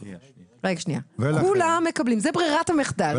זו ברירת המחדל.